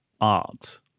art